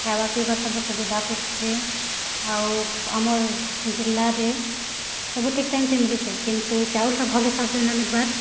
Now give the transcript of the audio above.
ଖାଇବା ପିଇବା ସବୁ ସୁବିଧା କରୁଛି ଆଉ ଆମର୍ ଜିଲ୍ଲାରେ ସବୁ ଠିକ୍ ଟାଇମ୍ ଥି ମିଲୁଛି କିନ୍ତୁ ଚାଉଲ୍ଟା ଭଲ୍ ହିସାବ୍ରେ ନାହିଁ ମିଲବାର୍